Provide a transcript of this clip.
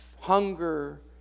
hunger